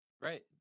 right